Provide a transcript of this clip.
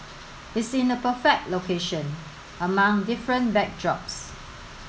it's in the perfect location among different backdrops